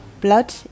blood